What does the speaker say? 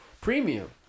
premium